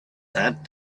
that